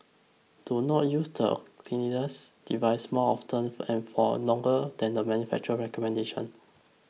do not use the devices more often and for longer than the manufacturer's recommendations